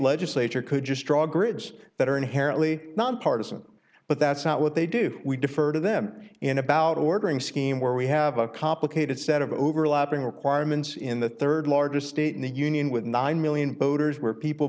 legislature could just draw grids that are inherently nonpartisan but that's not what they do we defer to them in about ordering scheme where we have a complicated set of overlapping requirements in the rd largest state in the union with nine million voters where people